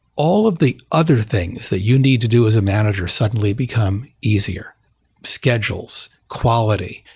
all of the other things that you need to do as a manager suddenly become easier schedules, quality,